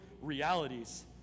realities